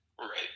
Right